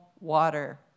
water